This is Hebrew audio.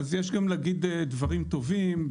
וצריך להגיד גם דברים טובים.